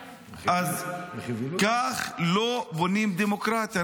--- כך לא בונים דמוקרטיה.